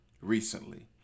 recently